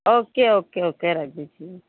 okay okay okay Rajat ji